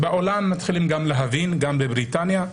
בעולם מתחילים להבין, גם בבריטניה,